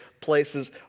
places